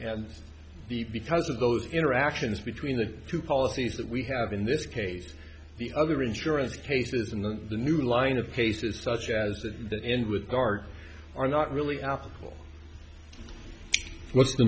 and because of those interactions between the two policies that we have in this case the other insurance cases and the new line of cases such as that in with guard are not really applicable